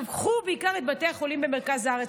קחו בעיקר את בתי החולים במרכז הארץ.